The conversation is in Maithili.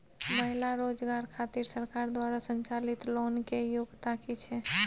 महिला रोजगार खातिर सरकार द्वारा संचालित लोन के योग्यता कि छै?